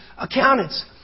accountants